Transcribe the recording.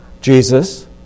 Jesus